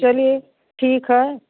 चलिए ठीक है